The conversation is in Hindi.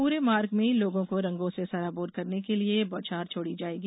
पूरे मार्ग में लोगों को रंगों से सराबोर करने के लिए बौछार छोड़ी जाएगी